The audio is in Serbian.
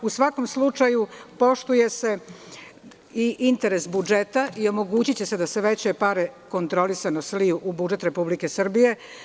U svakom slučaju, poštuje se i interes budžeta i omogućiće se da se veće pare kontrolisano sliju u budžet Republike Srbije.